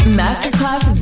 masterclass